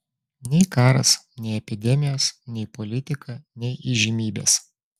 nei karas nei epidemijos nei politika nei įžymybės